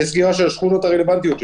תהיה סגירה של השכונות הרלוונטיות,